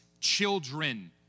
children